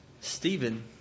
Stephen